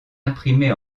imprimé